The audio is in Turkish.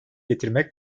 getirmek